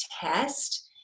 test